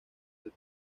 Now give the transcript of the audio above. del